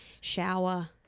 shower